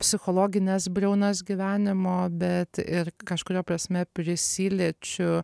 psichologines briaunas gyvenimo bet ir kažkuria prasme prisiliečiu